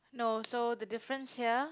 no so the difference here